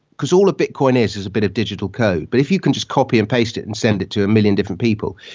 because all a bitcoin is is a bit of digital code, but if you can just copy and paste it and send it to a million different people,